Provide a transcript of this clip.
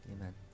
Amen